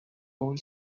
old